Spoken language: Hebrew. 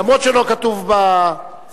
אף-על-פי שלא כתוב בסדר-היום,